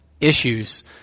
issues